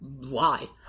lie